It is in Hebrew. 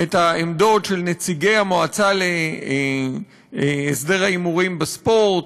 את העמדות של נציגי המועצה להסדר ההימורים בספורט